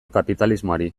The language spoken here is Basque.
kapitalismoari